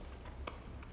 mm